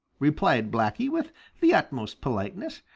replied blacky, with the utmost politeness.